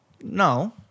No